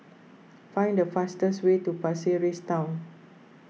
find the fastest way to Pasir Ris Town